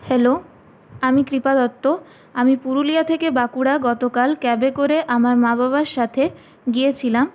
hello আমি কৃপা দত্ত আমি পুরুলিয়া থেকে বাঁকুড়া গতকাল ক্যাবে করে আমার মা বাবার সাথে গিয়েছিলাম